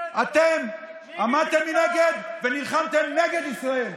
אתם עמדתם מנגד ונלחמתם נגד ישראל.